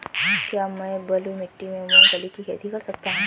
क्या मैं बलुई मिट्टी में मूंगफली की खेती कर सकता हूँ?